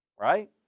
right